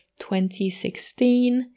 2016